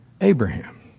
Abraham